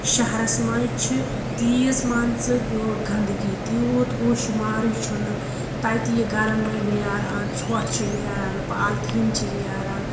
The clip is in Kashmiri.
شَہرَس مَنٛز چھِ تیٖژ مان ژٕ گَندگی تیوٗت ہُہ شُمارٕے چھُ نہٕ تَتہِ یہِ گَرَن مَنٛز نیران ژھۄٹھ چھُ نیران پالتھیٖن چھِ نیران